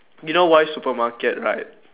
you know why supermarket right